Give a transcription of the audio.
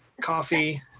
coffee